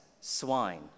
swine